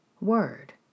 word